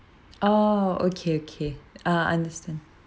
oh okay okay ah understand